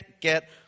get